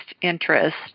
interest